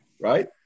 Right